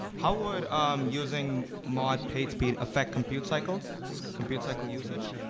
how would um using mod pagespeed affect compute cycle compute cycle usage?